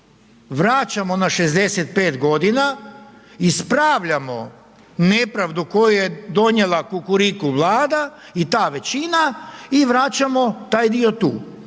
vraćamo na 65 g., ispravljamo nepravdu koju je donijela Kukuriku Vlada i ta većina i vraćamo taj dio tu